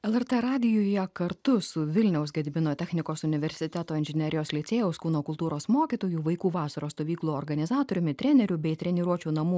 lrt radijuje kartu su vilniaus gedimino technikos universiteto inžinerijos licėjaus kūno kultūros mokytoju vaikų vasaros stovyklų organizatoriumi treneriu bei treniruočių namų